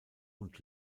und